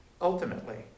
ultimately